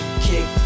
kick